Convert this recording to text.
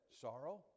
sorrow